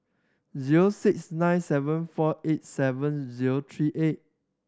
zero six nine seven four eight seven zero three eight